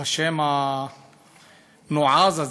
בשם הנועז הזה,